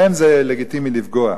בהם זה לגיטימי לפגוע.